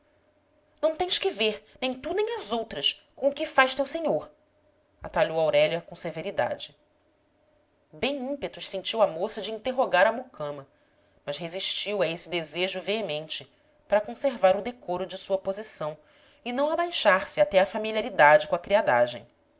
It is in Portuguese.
não tens que ver nem tu nem as outras com o que faz teu senhor atalhou aurélia com severidade bem ímpetos sentiu a moça de interrogar a mucama mas resistiu a esse desejo veemente para conservar o decoro de sua posição e não abaixar se até à familiaridade com a